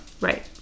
right